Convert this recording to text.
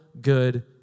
good